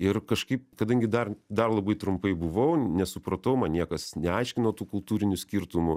ir kažkaip kadangi dar dar labai trumpai buvau nesupratau man niekas neaiškino tų kultūrinių skirtumų